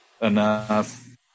Enough